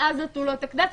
ואז נתנו לו את הקנס.